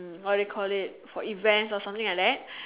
what do you call it for events or something like that